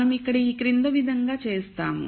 మనం ఇక్కడ ఈ క్రింద విధంగా చేస్తాం